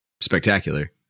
spectacular